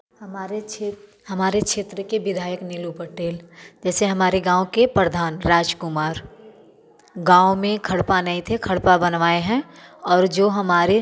हमारे क्षे हमारे क्षेत्र के विधायक नीलू पटेल जैसे हमारे गाँव के प्रधान राज कुमार गाँव में खड़पा नहीं थे खड़पा बनवाए हैं और जो हमारे